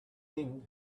thing